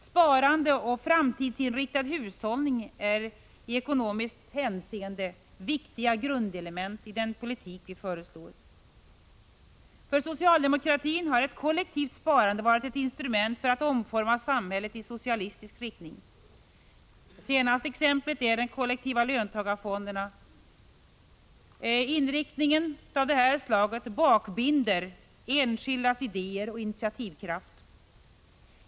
Sparande och framtidsinriktad hushållning är i ekonomiskt hänseende viktiga grundelement i den politik som centerpartiet föreslår. För socialdemokratin har ett kollektivt sparande varit ett instrument för att omforma samhället i socialistisk riktning. Det senaste exemplet är de kollektiva löntagarfonderna. En inriktning av detta slag bakbinder enskildas idéer och initiativkraft.